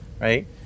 right